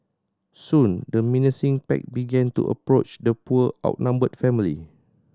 soon the menacing pack began to approach the poor outnumbered family